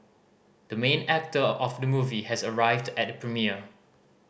the main actor of the movie has arrived at the premiere